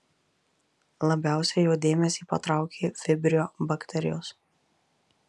labiausiai jo dėmesį patraukė vibrio bakterijos